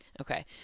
Okay